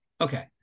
Okay